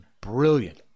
Brilliant